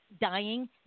dying